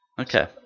Okay